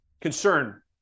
concern